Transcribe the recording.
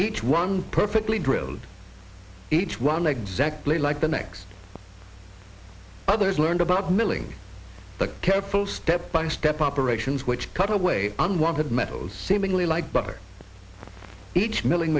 each one perfectly drilled each one exactly like the next others learned about milling the careful step by step operations which cut away unwanted metals seemingly like butter each milling